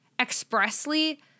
expressly